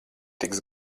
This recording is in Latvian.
tiks